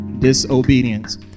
disobedience